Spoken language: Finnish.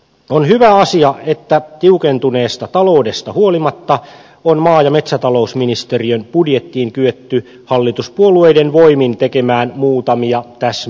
on hyvä asia että tiukentuneesta taloudesta huolimatta on maa ja metsätalousministeriön budjettiin kyetty hallituspuolueiden voimin tekemään muutamia täsmälisäyksiä